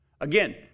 Again